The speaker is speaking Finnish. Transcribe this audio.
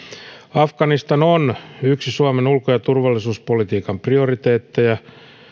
afganistan on yksi suomen ulko ja turvallisuuspolitiikan prioriteetteja